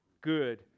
good